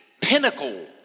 pinnacle